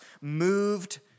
moved